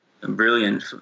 brilliant